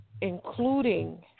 including